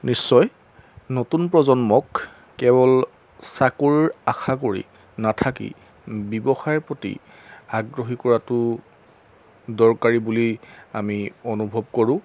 নিশ্চয় নতুন প্ৰজন্মক কেৱল চাকৰিৰ আশা কৰি নাথাকি ব্যৱসায়ৰ প্ৰতি আগ্ৰহী কৰাটো দৰকাৰী বুলি আমি অনুভৱ কৰোঁ